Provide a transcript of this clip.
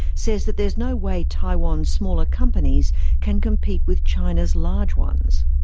says that there is no way taiwan's smaller companies can compete with china's large ones.